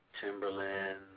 Timberland